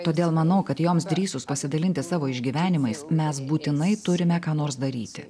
todėl manau kad joms drįsus pasidalinti savo išgyvenimais mes būtinai turime ką nors daryti